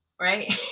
Right